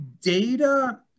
data